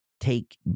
take